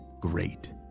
great